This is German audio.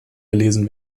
gelesen